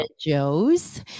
joe's